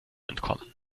entkommen